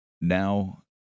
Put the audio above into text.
now